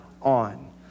on